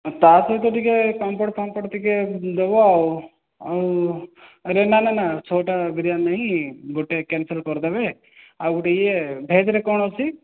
ତା' ସହିତ ଟିକିଏ ପାମ୍ପଡ଼ ଫାମ୍ପଡ଼ ଟିକିଏ ଦେବ ଆଉ ଆଉ ଆରେ ନା ନା ନା ଛଅଟା ବିରିୟାନୀ ନାଇଁ ଗୋଟିଏ କ୍ୟାନସଲ୍ କରିଦେବେ ଆଉ ଗୋଟିଏ ଇଏ ଭେଜ୍ରେ କ'ଣ ଅଛି